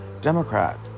Democrat